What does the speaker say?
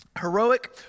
Heroic